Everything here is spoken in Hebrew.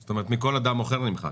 זאת אומרת, "מכל אדם אחר" נמחק.